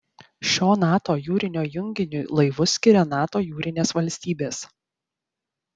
šio nato jūrinio junginiui laivus skiria nato jūrinės valstybės